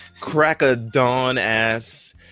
crack-a-dawn-ass